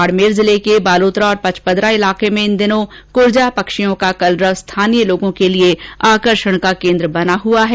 बाड़मेर जिले के बालोतरा और पचपदरा इलाके में इन दिनों कुरजा पक्षियों का कलरव स्थानीय लोगों के लिए आकर्षण का केन्द्र बना हुआ है